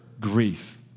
grief